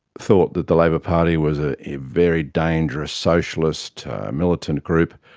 thought that the labor party was ah a very dangerous socialist militant group.